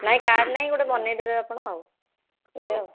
ନାହିଁ କାର୍ଡ୍ ନାହିଁ ଗୋଟେ ବନେଇଦେବେ ଆପଣ ଆଉ ଏବେ ଆଉ